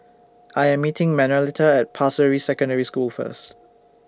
I Am meeting Manuelita At Pasir Ris Secondary School First